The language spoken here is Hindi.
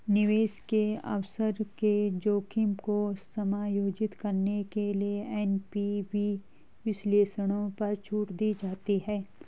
निवेश के अवसर के जोखिम को समायोजित करने के लिए एन.पी.वी विश्लेषणों पर छूट दी जाती है